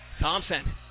Thompson